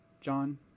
John